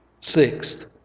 Sixth